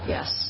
Yes